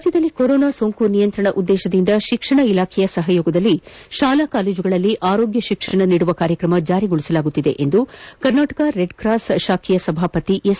ರಾಜ್ಯದಲ್ಲಿ ಕೊರೋನಾ ಸೋಂಕು ನಿಯಂತ್ರಣ ಉದ್ದೇಶದಿಂದ ಶಿಕ್ಷಣ ಇಲಾಖೆ ಸಹಯೋಗದಲ್ಲಿ ಶಾಲಾ ಕಾಲೇಏಗಳಲ್ಲಿ ಆರೋಗ್ಯ ಶಿಕ್ಷಣ ನೀಡುವ ಕಾರ್ಯಕ್ರಮ ಜಾರಿಗೊಳಿಸಲಾಗುತ್ತಿದೆ ಎಂದು ಕರ್ನಾಟಕ ರೆಡ್ ಕ್ರಾಸ್ ಶಾಖೆಯ ಸಭಾಪತಿ ಎಸ್